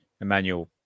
Emmanuel